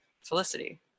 Felicity